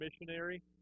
missionary